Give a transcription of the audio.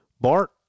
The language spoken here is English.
Bart